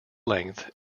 length